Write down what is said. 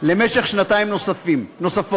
למשך שנתיים נוספות.